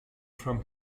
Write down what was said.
from